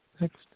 next